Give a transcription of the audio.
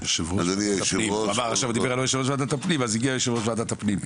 יושב-ראש ועדת הפנים.